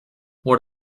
what